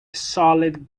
solid